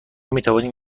میتوانیم